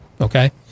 okay